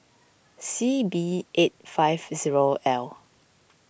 C B eight five zero L